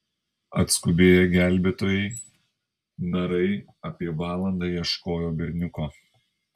atskubėję gelbėtojai narai apie valandą ieškojo berniuko